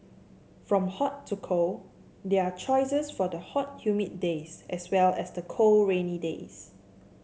from hot to cold there are choices for the hot humid days as well as the cold rainy days